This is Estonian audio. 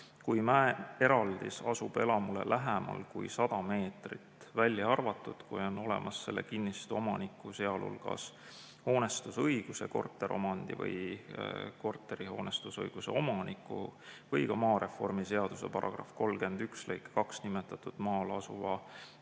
kui mäeeraldis asub elamule lähemal kui 100 meetrit, välja arvatud juhul, kui on olemas selle kinnistu omaniku, sealhulgas hoonestusõiguse, korteriomandi või korterihoonestusõiguse omaniku või ka maareformi seaduse § 31 lõikes 2 nimetatud maal asuva